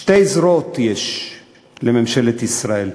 שתי זרועות יש לממשלת ישראל: